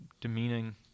demeaning